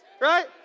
right